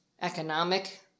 economic